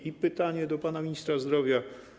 I pytanie do pana ministra zdrowia.